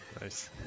Nice